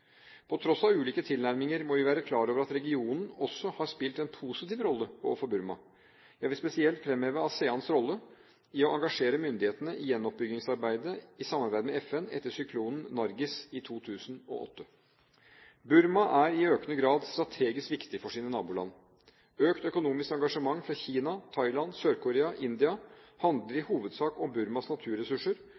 På tross av ulike tilnærminger må vi være klar over at regionen også har spilt en positiv rolle overfor Burma. Jeg vil spesielt fremheve ASEANs rolle i å engasjere myndighetene i gjenoppbyggingsarbeidet i samarbeid med FN etter syklonen Nargis i 2008. Burma er i økende grad strategisk viktig for sine naboland. Økt økonomisk engasjement fra Kina, Thailand, Sør-Korea og India handler i hovedsak om Burmas naturressurser,